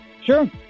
Sure